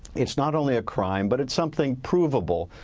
it's not only a crime but it's something provable.